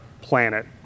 planet